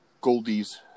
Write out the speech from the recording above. Goldie's